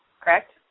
Correct